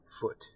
foot